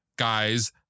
guys